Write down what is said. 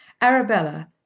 Arabella